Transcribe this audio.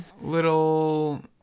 Little